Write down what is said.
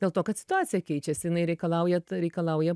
dėl to kad situacija keičias jinai reikalauja t reikalauja